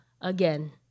again